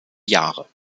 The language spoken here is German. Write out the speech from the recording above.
jahre